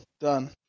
Done